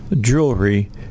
jewelry